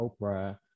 Oprah